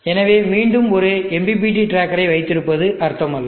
எனவே மீண்டும் ஒரு MPPT டிராக்கரை வைத்திருப்பது அர்த்தமல்ல